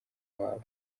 wabo